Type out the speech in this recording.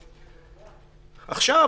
עכשיו,